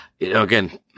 again